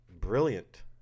brilliant